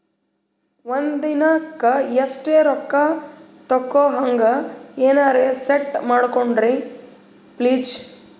ಒಂದಿನಕ್ಕ ಇಷ್ಟೇ ರೊಕ್ಕ ತಕ್ಕೊಹಂಗ ಎನೆರೆ ಸೆಟ್ ಮಾಡಕೋಡ್ರಿ ಪ್ಲೀಜ್?